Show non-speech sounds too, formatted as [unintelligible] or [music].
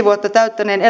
[unintelligible] vuotta täyttäneen